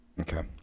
Okay